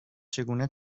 چگونه